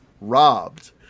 robbed